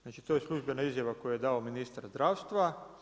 Znači to je službena izjava koju je dao ministar zdravstva.